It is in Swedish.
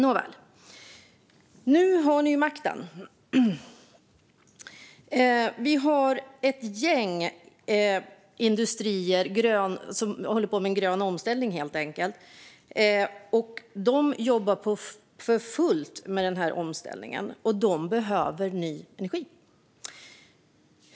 Nåväl! Nu har ni ju makten, Jessica Stegrud. Vi har ett gäng industrier som håller på med en grön omställning. De jobbar för fullt med den omställningen, och de behöver ny energi.